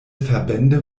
verbände